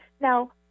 Now